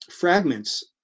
fragments